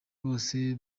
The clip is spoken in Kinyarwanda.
bose